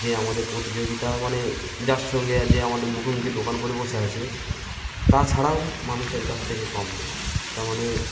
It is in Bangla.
যে আমাদের প্রতিযোগিতা মানে যার সঙ্গে যে আমাদের মুখোমুখি দোকান করে বসে আছে তাছাড়াও মানুষের কাছ থেকে কম নেওয়া তার মানে